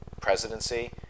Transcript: presidency